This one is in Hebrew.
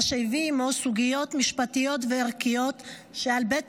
מה שהביא עימו סוגיות משפטיות וערכיות שעל בית